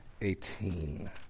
eighteen